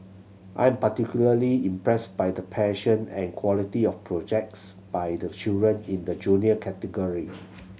I'm particularly impressed by the passion and quality of projects by the children in the Junior category